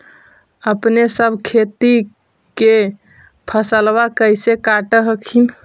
अपने सब खेती के फसलबा कैसे काट हखिन?